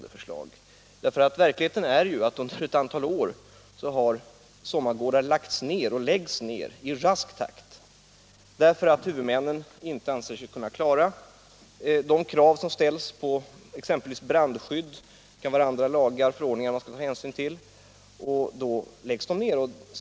Det är ju i själva verket så att sommargårdar under ett antal år har lagts ned och läggs ned i rask takt, eftersom huvudmännen inte anser sig kunna klara de krav som ställs i lagar och förordningar av olika slag, exempelvis när det gäller brandskydd.